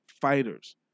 fighters